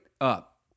up